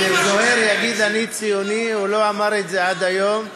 כשזוהיר יגיד "אני ציוני" הוא לא אמר את זה עד היום,